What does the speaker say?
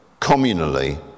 communally